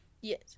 Yes